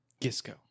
Gisco